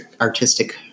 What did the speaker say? artistic